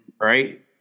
Right